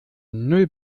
null